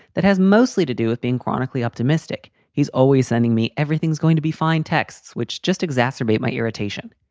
that has mostly to do with being chronically optimistic. he's always sending me. everything's going to be fine. texts, which just exacerbate my irritation.